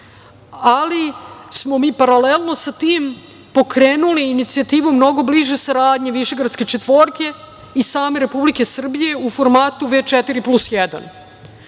ali smo mi paralelno sa tim pokrenuli inicijativu mnogo bliže saradnje Višegradske četvorke i same Republike Srbije, u formatu V4 plus